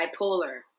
Bipolar